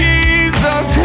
Jesus